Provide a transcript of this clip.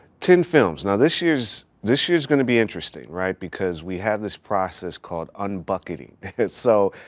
ten films. now this year's this year's gonna be interesting, right? because we have this process called un-bucketing. and so,